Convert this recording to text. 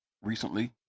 recently